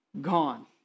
Gone